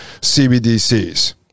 CBDCs